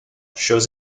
shows